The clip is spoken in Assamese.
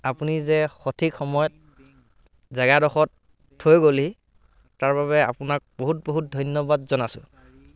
আপুনি যে সঠিক সময়ত জেগা দোখৰত থৈ গ'লহি তাৰ বাবে আপোনাক বহুত বহুত ধন্যবাদ জনাইছোঁ চাৰি